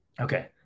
Okay